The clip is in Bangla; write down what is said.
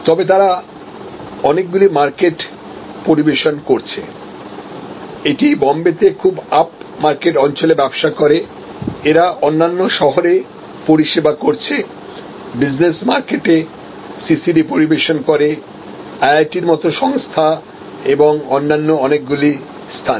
তবে এরা অনেকগুলি মার্কেট পরিবেশন করছে এটি বোম্বেতে খুব আপ মার্কেট অঞ্চলে ব্যবসা করে এরা অন্যান্য শহরে পরিষেবা করছে বিজনেস মার্কেটে সিসিডি পরিবেশন করে আইআইটির মতো সংস্থা এবং অন্যান্য অনেকগুলি স্থান